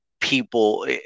people